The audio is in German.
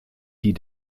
die